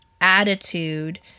attitude